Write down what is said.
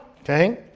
Okay